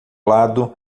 lado